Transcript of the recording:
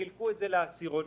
חילקו את זה לעשירונים.